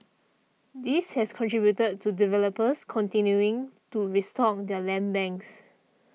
this has contributed to developers continuing to restock their land banks